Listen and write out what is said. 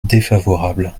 défavorable